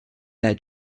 their